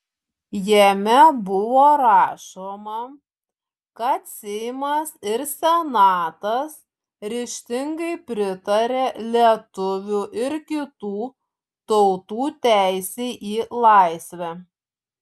jame buvo rašoma kad seimas ir senatas ryžtingai pritaria lietuvių ir kitų tautų teisei į laisvę